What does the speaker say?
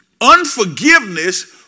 Unforgiveness